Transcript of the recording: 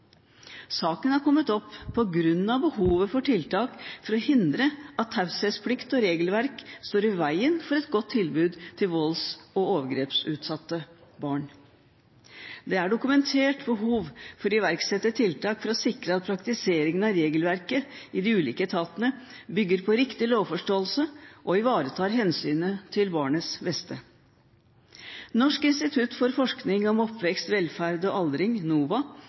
Saken er kommet opp på grunn av behovet for tiltak for å hindre at taushetsplikt og regelverk står i veien for et godt tilbud til volds- og overgrepsutsatte barn. Det er dokumentert behov for å iverksette tiltak for å sikre at praktiseringen av regelverket i de ulike etatene bygger på riktig lovforståelse og ivaretar hensynet til barnets beste. Norsk institutt for forskning om oppvekst, velferd og aldring, NOVA,